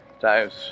times